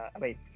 Wait